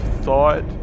thought